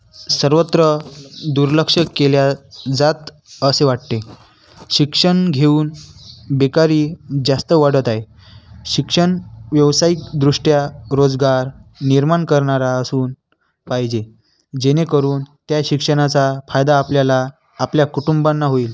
सर्वत्र दुर्लक्ष केल्या जात असे वाटते शिक्षण घेऊन बेकारी जास्त वाढत आहे शिक्षण व्यावसायिकदृष्ट्या रोजगार निर्माण करणारा असून पाहिजे जेणेकरून त्या शिक्षणाचा फायदा आपल्याला आपल्या कुटुंबांना होईल